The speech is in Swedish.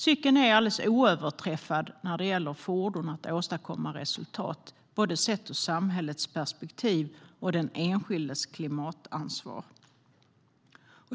Cykeln är alldeles oöverträffad när det gäller fordon för att åstadkomma resultat både ur samhällets perspektiv och för den enskildes klimatansvar.